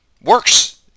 works